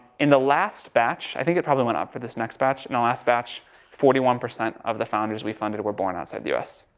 in the last batch, i think it probably went up for this next batch, in the last batch forty one percent of the founders we funded were born outside the us.